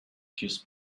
kiss